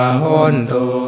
hondo